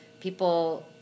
people